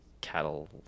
cattle